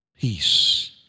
peace